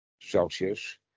celsius